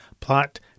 Plot